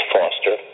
Foster